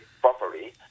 properly